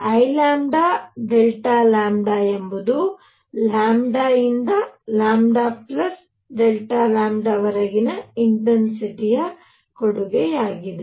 Iλ ಎಂಬುದು ಇಂದ ವರೆಗಿನ ಇನಟೆನ್ಸಿಟಿಯ ಕೊಡುಗೆಯಾಗಿದೆ